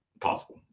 possible